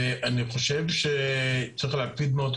ואני חושב שצריך להקפיד מאוד,